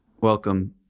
Welcome